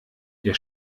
der